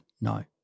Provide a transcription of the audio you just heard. no